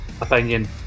opinion